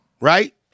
right